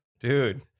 Dude